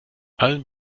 allen